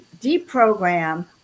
deprogram